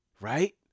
right